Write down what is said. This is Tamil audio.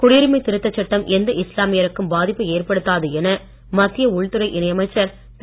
குடியுரிமை திருத்தச் சட்டம் எந்த இஸ்லாமியருக்கும் பாதிப்பை ஏற்படுத்தாது என மத்திய உள்துறை இணையமைச்சர் திரு